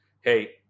hey